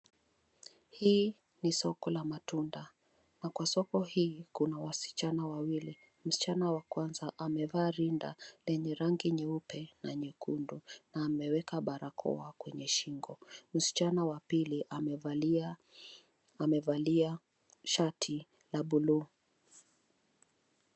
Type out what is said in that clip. Hii ni soko la matunda na kwa soko hii kuna wasichana wawili. Msichana wa kwanza amevaa rinda lenye rangi nyeupe na nyekundu na ameweka barakoa kwenye shingo. Msichana wa pili amevalia shati la buluu.